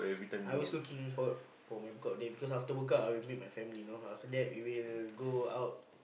I always looking forward for my book out day because after book out I will give it to my family you know after that we will go out